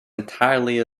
entirely